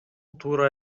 туура